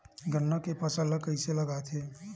गन्ना के फसल ल कइसे लगाथे?